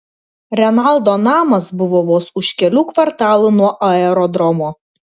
renaldo namas buvo vos už kelių kvartalų nuo aerodromo